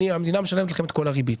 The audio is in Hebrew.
המדינה משלמת לכם את כל הריבית'.